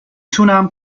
تونم